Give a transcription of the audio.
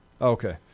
Okay